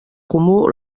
comú